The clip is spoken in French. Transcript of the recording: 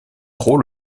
trop